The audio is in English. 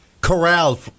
corralled